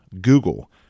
Google